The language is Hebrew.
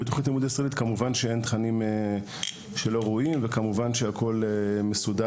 שהרי בתוכנית הלימוד הישראלית אין תכנים לא ראויים וכמובן שהכול מסודר.